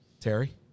Terry